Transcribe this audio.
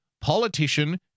politician